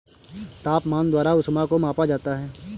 तापमान द्वारा ऊष्मा को मापा जाता है